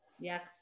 Yes